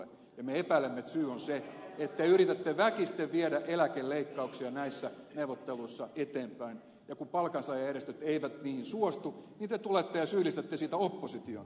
me epäilemme että syy on se että te yritätte väkisten viedä eläkeleikkauksia näissä neuvotteluissa eteenpäin ja kun palkansaajajärjestöt eivät niihin suostu niin te tulette ja syyllistätte siitä opposition